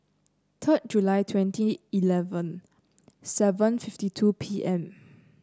third July twenty eleven seven fifty two P M